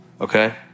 okay